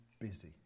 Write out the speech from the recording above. busy